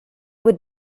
would